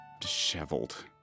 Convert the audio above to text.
disheveled